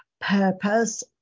purpose